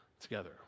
together